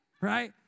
right